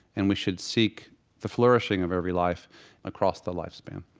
and we should seek the flourishing of every life across the life span